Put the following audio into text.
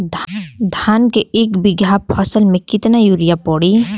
धान के एक बिघा फसल मे कितना यूरिया पड़ी?